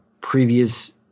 previous